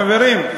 חברים,